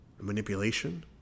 manipulation